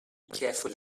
careful